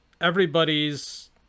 everybody's